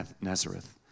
Nazareth